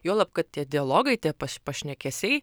juolab kad tie dialogai tie pašnekesiai